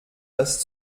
das